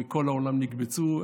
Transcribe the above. מכל העולם נקבצו,